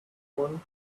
one